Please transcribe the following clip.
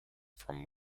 from